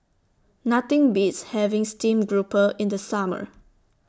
Nothing Beats having Steamed Grouper in The Summer